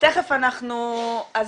--- לובי של רופאים.